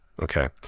Okay